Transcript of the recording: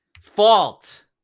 Fault